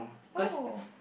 oh